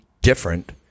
different